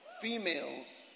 females